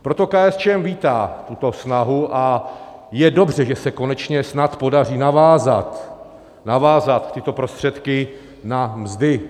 Proto KSČM vítá tuto snahu a je dobře, že se konečně snad podaří navázat tyto prostředky na mzdy.